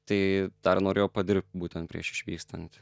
tai dar norėjau padirbt būtent prieš išvykstant